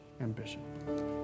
ambition